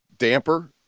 Damper